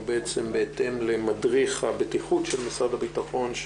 הוא בעצם בהתאם למדריך הבטיחות של משרד הביטחון,